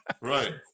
Right